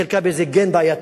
חלקה באיזה גן בעייתי.